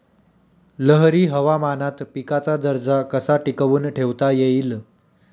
लहरी हवामानात पिकाचा दर्जा कसा टिकवून ठेवता येईल?